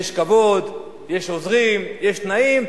יש כבוד, יש עוזרים, יש תנאים.